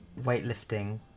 weightlifting